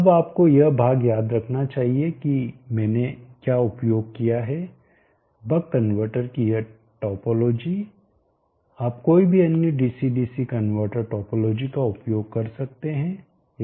अब आपको यह भाग याद रखना चाहिए कि मैंने क्या उपयोग किया है बक कनवर्टर की यह टोपोलॉजी आप कोई भी अन्य डीसी डीसी कनवर्टर टोपोलॉजी का उपयोग कर सकते हैं